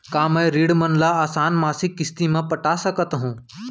का मैं ऋण मन ल आसान मासिक किस्ती म पटा सकत हो?